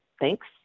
Thanks